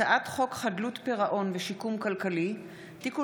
הצעת חוק חדלות פירעון ושיקום כלכלי (תיקון